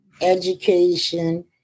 education